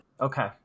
Okay